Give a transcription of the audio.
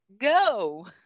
go